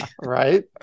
Right